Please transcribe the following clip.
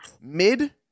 mid